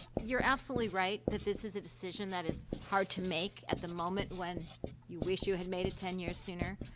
you're absolutely right that this is a decision that is hard to make at the moment, when you wish you had made it ten years sooner.